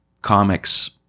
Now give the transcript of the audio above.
comics